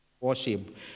worship